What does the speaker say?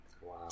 Wow